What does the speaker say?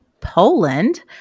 Poland